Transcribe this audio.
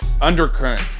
undercurrent